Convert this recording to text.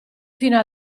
fino